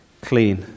clean